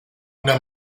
una